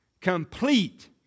Complete